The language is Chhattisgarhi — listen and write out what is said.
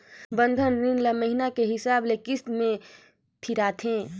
बंधन रीन ल महिना के हिसाब ले किस्त में फिराथें